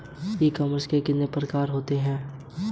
यदि हाथ के औजारों का ठीक से रखरखाव नहीं किया गया तो क्या होगा?